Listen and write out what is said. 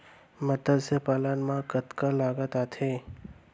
मतस्य पालन मा कतका लागत आथे?